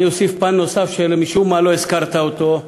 אני אוסיף פן שמשום מה לא הזכרת אותו,